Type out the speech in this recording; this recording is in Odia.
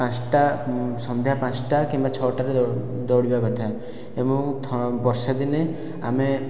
ପାଞ୍ଚଟା ସନ୍ଧ୍ୟା ପାଞ୍ଚଟା କିମ୍ବା ଛ'ଟାରେ ଦୌଡ଼ିବା କଥା ଏବଂ ବର୍ଷା ଦିନେ ଆମେ